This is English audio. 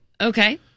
Okay